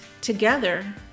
together